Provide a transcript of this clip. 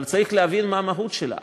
אבל צריך להבין מה המהות שלה.